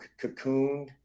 cocooned